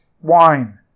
wine